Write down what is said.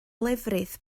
lefrith